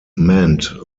meant